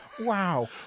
Wow